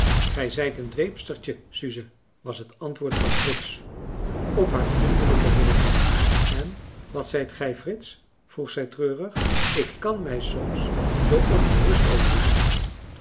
gij zijt een dweepstertje suze was het antwoord van frits op haar vriendelijke redeneering en wat zijt gij frits vroeg zij treurig ik kan mij soms zoo ongerust over u maken